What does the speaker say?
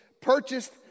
purchased